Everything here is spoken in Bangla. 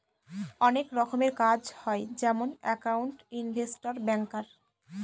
অনেক রকমের কাজ হয় যেমন একাউন্ট, ইনভেস্টর, ব্যাঙ্কার